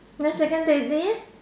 then second teddy